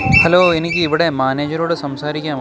hello എനിക്ക് ഇവിടെ മാനേജരോട് സംസാരിക്കാമോ